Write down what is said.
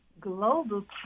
global